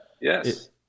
Yes